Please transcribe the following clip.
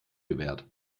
gewährt